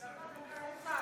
כל כך הרבה שרים ואין שר אחד?